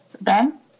Ben